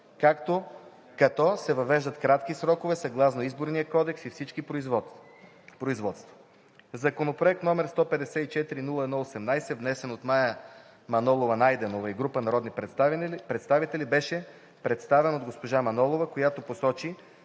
ЦИК, като се въвеждат кратките срокове съгласно Изборния кодекс за всички производства. Законопроект, № 154-01-18, внесен от Мая Манолова-Найденова и група народни представители, беше представен от госпожа Манолова, която посочи,